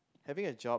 having a job